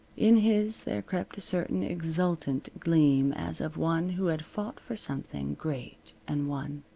in his there crept a certain exultant gleam, as of one who had fought for something great and won.